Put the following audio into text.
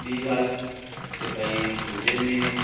ॿी ॻाल्हि की भई धंधे में